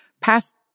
past